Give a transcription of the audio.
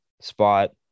spot